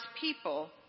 people